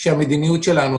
שהמדיניות שלנו,